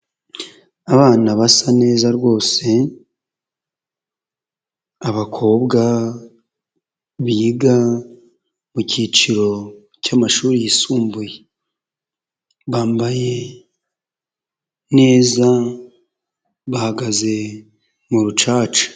Abana basa neza rwose abakobwa biga mu kiciro cy'amashuri yisumbuye, bambaye neza bahagaze mu rucaca.